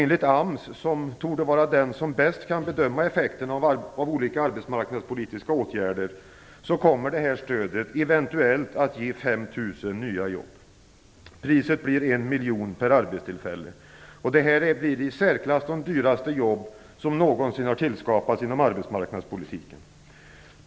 Enligt AMS, som torde vara den som bäst kan bedöma effekten av olika arbetsmarknadspolitiska åtgärder, kommer stödet eventuellt att ge 5 000 nya jobb. Priset blir 1 miljon per arbetstillfälle, och detta blir de i särklass dyraste jobb som någonsin har tillskapats inom arbetsmarknadspolitiken.